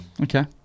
Okay